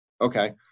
okay